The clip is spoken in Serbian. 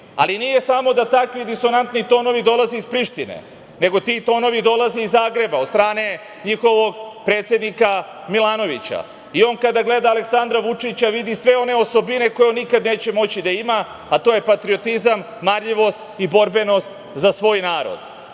ali nije samo da takvi disonantni tonovi dolaze iz Prištine, nego ti tonovi dolaze iz Zagreba od strane njihovog predsednika Milanovića. On kada gleda Aleksandra Vučića vidi sve one osobine koje nikada neće moći da ima, a to je patriotizam, marljivost i borbenost za svoj